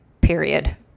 period